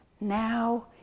now